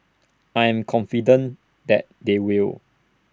I'm confident that they will